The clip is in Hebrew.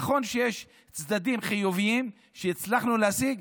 נכון שיש צדדים חיוביים שהצלחנו להשיג,